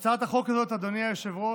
הצעת החוק הזאת, אדוני היושב-ראש,